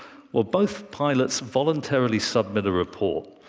well, both pilots voluntarily submit a report.